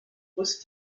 was